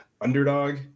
underdog